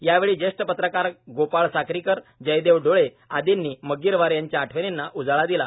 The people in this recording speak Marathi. यावेळी ज्येष्ठ पत्रकार गोपाळ साक्रीकर जयदेव डोळे आर्दीनी मग्गीरवार यांच्या आठवणींना उजाळा दिला